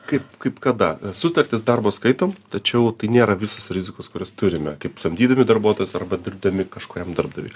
kaip kaip kada sutartis darbo skaitom tačiau tai nėra visos rizikos kurias turime kaip samdydami darbuotojus arba dirbdami kažkuriam darbdaviui